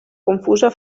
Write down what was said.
confusa